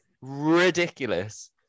ridiculous